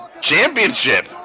championship